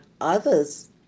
others